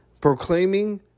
proclaiming